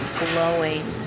glowing